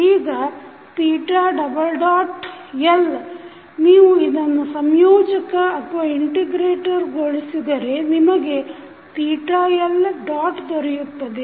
ಈಗ L ನೀವು ಇದನ್ನು ಸಂಯೋಜಕ ಗೊಳಿಸಿದರೆ ನಿಮಗೆ L ದೊರೆಯುತ್ತದೆ